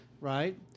right